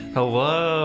Hello